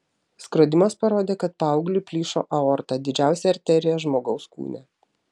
skrodimas parodė kad paaugliui plyšo aorta didžiausia arterija žmogaus kūne